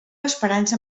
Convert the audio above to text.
esperança